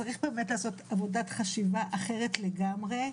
צריך באמת לעשות עבודת חשיבה אחרת לגמרי.